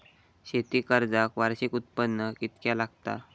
शेती कर्जाक वार्षिक उत्पन्न कितक्या लागता?